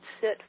sit